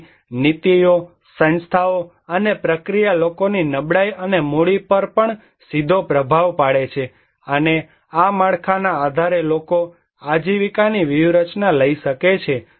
તેથી નીતિઓ સંસ્થાઓ અને પ્રક્રિયા લોકોની નબળાઈ અને મૂડી પર પણ સીધો પ્રભાવ પાડે છે અને આ માળખાના આધારે લોકો આજીવિકાની વ્યૂહરચના લઈ શકે છે